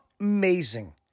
amazing